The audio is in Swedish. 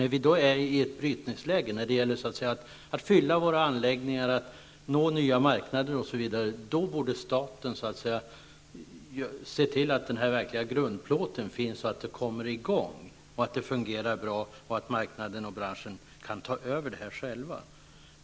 När vi då befinner oss i ett brytningsläge, när det gäller att fylla våra anläggningar och att nå nya marknader osv., borde staten se till att denna verkliga grundplåt finns och att detta kommer i gång, att det fungerar bra och att marknaden och branschen kan ta över detta själva.